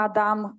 Adam